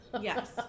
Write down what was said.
Yes